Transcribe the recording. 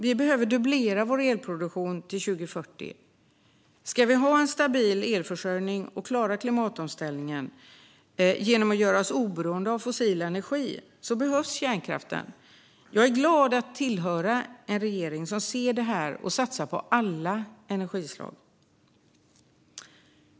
Vi behöver fördubbla vår elproduktion till 2040. Ska vi ha en stabil elförsörjning och klara klimatomställningen genom att göra oss oberoende av fossil energi behövs kärnkraften. Jag är glad att få tillhöra en regering som ser detta och satsar på alla energislag.